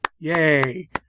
Yay